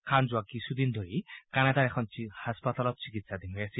খান যোৱা কিছু দিন ধৰি কানাডাৰ এখন হাস্পাতালত চিকিৎসাধীন হৈ আছিল